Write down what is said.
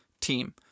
team